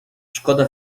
szkoda